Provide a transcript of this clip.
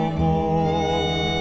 more